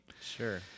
Sure